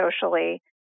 socially